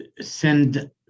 send